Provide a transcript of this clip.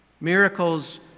Miracles